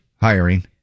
Hiring